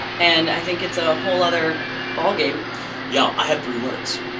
and i think it's a whole other ballgame y'all, i have three words.